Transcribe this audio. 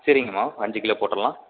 சரிங்கம்மா அஞ்சு கிலோ போட்டுறலாம்